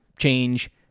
change